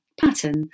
pattern